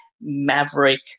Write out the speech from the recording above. maverick